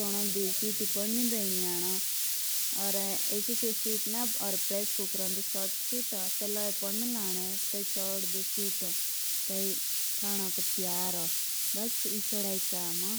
दो एनो दुई सिटी या टेटके बैड खानोक तयार होन।